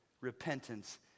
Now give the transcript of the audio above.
repentance